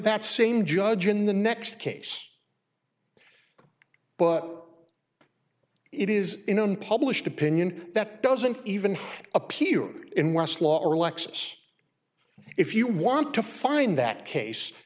that same judge in the next case but it is in unpublished opinion that doesn't even appear in west law or lexus if you want to find that case